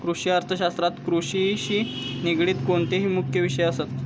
कृषि अर्थशास्त्रात कृषिशी निगडीत कोणकोणते मुख्य विषय असत?